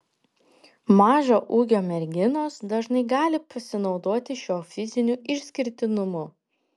mažo ūgio merginos dažnai gali pasinaudoti šiuo fiziniu išskirtinumu